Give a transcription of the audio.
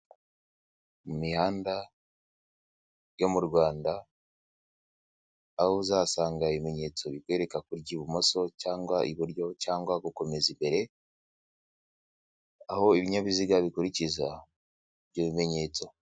Mu mihanda yo mu Rwanda aho uzasanga ibimenyetso bikwereka kujya ibumoso cyangwa iburyo cyangwa gukomeza imbere, aho ibinyabiziga bikurikiza ibyo bimenyetso.